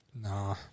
Nah